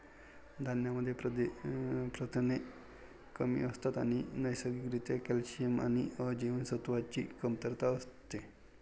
धान्यांमध्ये प्रथिने कमी असतात आणि नैसर्गिक रित्या कॅल्शियम आणि अ जीवनसत्वाची कमतरता असते